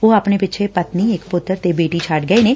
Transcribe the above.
ਉਹ ਆਪਣੇ ਪਿੱਛੇ ਪਤਨੀ ਇਕ ਪੁੱਤਰ ਤੇ ਬੇਟੀ ਛੱਡ ਗਏ ਨੇ